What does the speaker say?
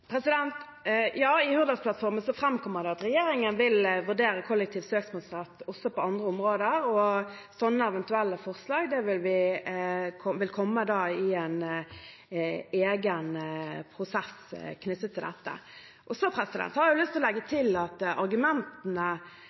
Ja, i Hurdalsplattformen framkommer det at regjeringen vil vurdere kollektiv søksmålsrett også på andre områder, og slike eventuelle forslag vil komme i en egen prosess knyttet til dette. Så har jeg lyst til å legge til at argumentene